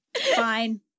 Fine